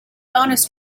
bonus